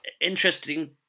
Interesting